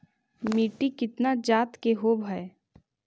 मिट्टी कितना जात के होब हय?